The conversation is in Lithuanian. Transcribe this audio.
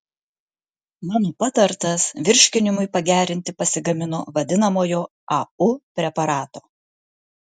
mano patartas virškinimui pagerinti pasigamino vadinamojo au preparato